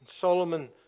Solomon